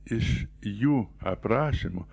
iš jų aprašymo